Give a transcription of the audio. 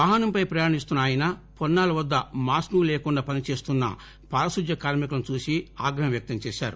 వాహనంపై ప్రయాణిస్తున్స ఆయన పొన్నాల వద్ద మాస్కులు లేకుండా పనిచేస్తున్న పారిశుద్ద్య కార్మికులను చూసిన ఆయన ఆగ్రహం వ్యక్తంచేశారు